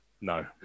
No